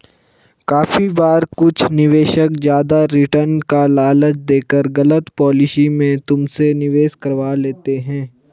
काफी बार कुछ निवेशक ज्यादा रिटर्न का लालच देकर गलत पॉलिसी में तुमसे निवेश करवा लेते हैं